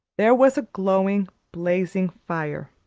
there was a glowing, blazing fire.